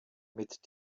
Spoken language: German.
mit